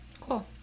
Cool